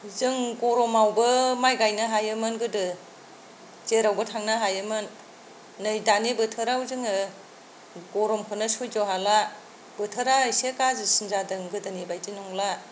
जों गरमावबो माइ गायनो हायोमोन गोदो जेरावबो थांनो हायोमोन नै दानि बोथोराव जोङो गरमखौनो सैज' हाला बोथोरा एसे गाज्रिसिन जादों गोदोनि बादि नंला